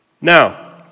Now